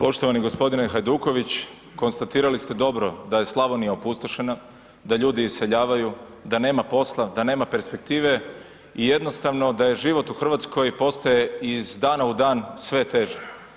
Poštovani gospodine Hajduković, konstatirali ste dobro, da je Slavonija opustošena, da ljudi iseljavaju, da nema posla, da nema perspektive i jednostavno da je život u Hrvatskoj postaje iz dana u dan sve teže.